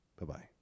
Bye-bye